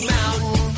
Mountain